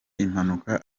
impanuka